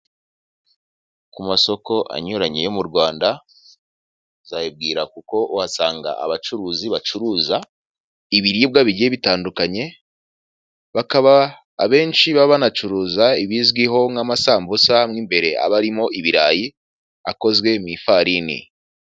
Ku masoko anyuranye yo mu rwanda uzayibwira kuko wasanga abacuruzi bacuruza ibiribwa bigiye bitandukanye, abenshi baba banacuruza ibizwiho nk'amasambusa mo imbere aba arimo ibirayi akozwe mu ifarini.